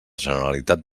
generalitat